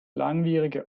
langwierige